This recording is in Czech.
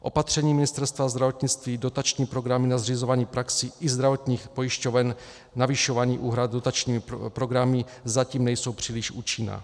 Opatření Ministerstva zdravotnictví, dotační programy na zřizování praxí i zdravotních pojišťoven, navyšování úhrad dotačními programy zatím nejsou příliš účinná.